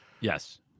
Yes